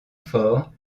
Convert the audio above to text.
fort